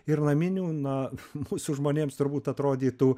ir naminių na mūsų žmonėms turbūt atrodytų